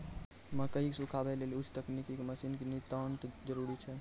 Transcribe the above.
मकई के सुखावे लेली उच्च तकनीक के मसीन के नितांत जरूरी छैय?